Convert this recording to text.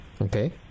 Okay